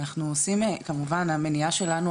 אנחנו עושים כמובן המניעה שלנו,